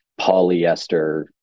polyester